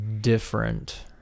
different